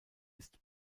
ist